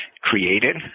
created